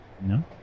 No